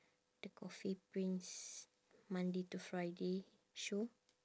the coffee prince monday to friday show